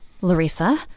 Larissa